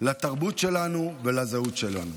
לתרבות שלנו ולזהות שלנו.